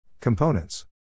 components